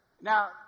Now